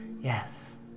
Yes